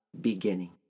beginning